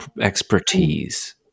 expertise